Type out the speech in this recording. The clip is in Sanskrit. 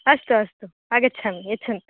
अस्तु अस्तु आगच्छामि यच्छन्तु